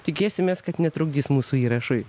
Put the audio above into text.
tikėsimės kad netrukdys mūsų įrašui